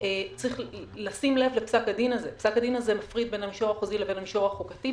מפריד בין המישור החוזי לבין המישור החוקתי.